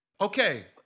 Okay